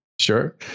Sure